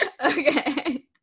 Okay